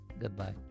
goodbye